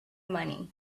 money